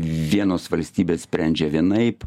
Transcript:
vienos valstybės sprendžia vienaip